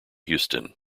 houston